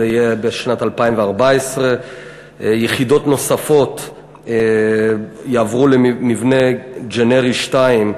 זה יהיה בשנת 2014. יחידות נוספות יעברו למבנה "ג'נרי" 2,